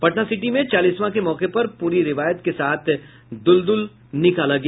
पटनासिटी में चालीसवां के मौके पर पूरी रिवायत के साथ दुलदुल निकाला गया